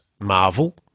Marvel